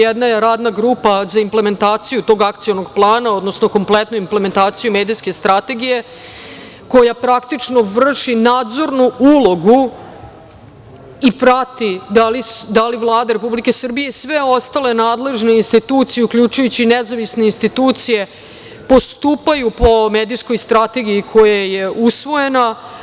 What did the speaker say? Jedna je Radna grupa za implementaciju tog akcionog plana, odnosno kompletnu implementaciju medijske strategije koja praktično vrši nadzornu ulogu i prati da li Vlada Republike Srbije i sve ostale nadležne institucije, uključujući i nezavisne institucije, postupaju po medijskog strategiji koja je usvojena.